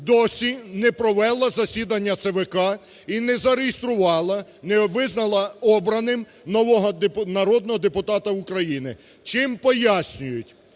досі не провела засідання ЦВК і не зареєструвала, не визнала обраним нового народного депутата України. Чим пояснюють?